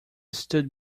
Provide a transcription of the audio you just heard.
stood